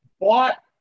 bought